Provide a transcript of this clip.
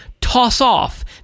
toss-off